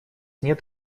нет